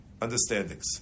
understandings